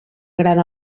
gran